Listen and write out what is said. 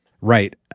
Right